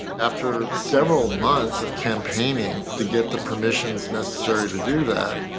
after several months of campaigning to get the permissions necessary to do that,